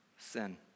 Sin